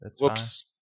Whoops